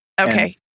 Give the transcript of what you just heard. Okay